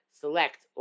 select